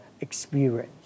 experience